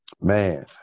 man